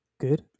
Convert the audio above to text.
good